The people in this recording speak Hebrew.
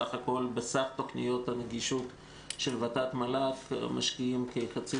סך הכול בנגישות של ות"ת-מל"ג משקיעים כחצי